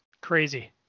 crazy